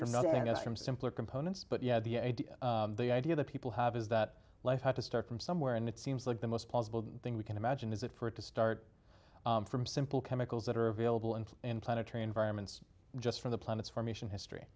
from simpler components but yeah the idea the idea that people have is that life had to start from somewhere and it seems like the most plausible thing we can imagine is that for it to start from simple chemicals that are available and in planetary environments just from the planets formation history